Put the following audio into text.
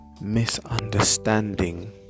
misunderstanding